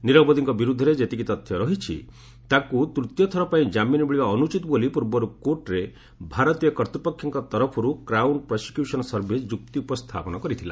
ନୀରବ ମୋଦିଙ୍କ ବିରୁଦ୍ଧରେ ଯେତିକି ତଥ୍ୟ ରହିଛି ତାଙ୍କୁ ତୃତୀୟ ଥର ପାଇଁ କାମିନ ମିଳିବା ଅନୁଚିତ ବୋଲି ପୂର୍ବରୁ କୋର୍ଟରେ ଭାରତୀୟ କର୍ତ୍ତପକ୍ଷଙ୍କ ତରଫରୁ କ୍ରାଉନ ପ୍ରସିକ୍ୟୁସନ ସର୍ଭିସ ଯୁକ୍ତି ଉପସ୍ଥାପନ କରିଥିଲା